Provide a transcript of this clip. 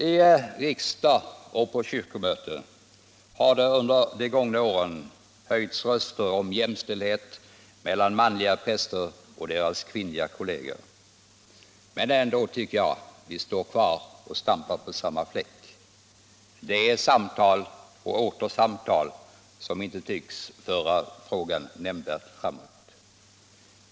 I riksdag och på kyrkomöte har det under de gångna åren höjts röster för jämställdhet mellan manliga präster och deras kvinnliga kolleger. Men ändå tycker jag att vi står och stampar på samma fläck. Det är samtal och åter samtal, som inte tycks föra frågan nämnvärt framåt.